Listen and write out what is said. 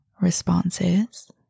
responses